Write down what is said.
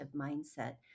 mindset